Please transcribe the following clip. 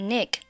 Nick